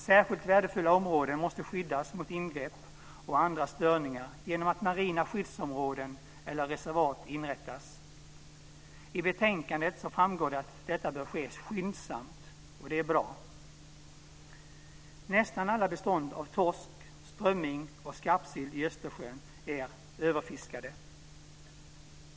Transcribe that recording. Särskilt värdefulla områden måste skyddas mot ingrepp och andra störningar genom att marina skyddsområden eller reservat inrättas. I betänkandet framgår det att detta bör ske skyndsamt, och det är bra. Nästan alla bestånd av torsk, strömming och skarpsill i Östersjön är överfiskade.